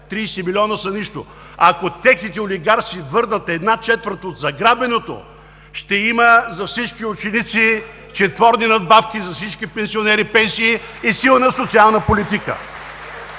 30 милиона са нищо. Ако техните олигарси върнат една четвърт от заграбеното, ще има за всички ученици четворни надбавки, за всички пенсионери – пенсии, и силна социална политика.